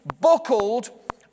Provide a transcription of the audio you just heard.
buckled